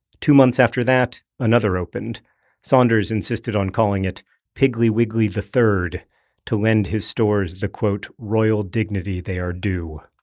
two months after that, another opened saunders insisted on calling it piggly wiggly the third to lend his stores the royal dignity they are due.